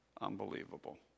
Unbelievable